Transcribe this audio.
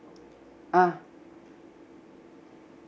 ah